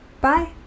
Bye